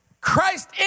Christ